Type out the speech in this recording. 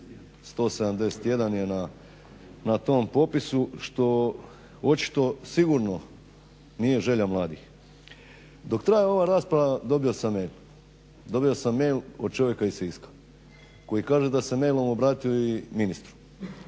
171 je na tom popisu što očito sigurno nije želja mladih. Dok traje ova rasprava dobio sam mail, dobio sam mail od čovjeka iz Siska, koji kaže da se mailom obratio i ministru,